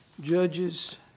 Judges